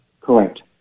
Correct